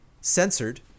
censored